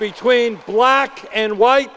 b tween black and white